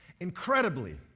Incredibly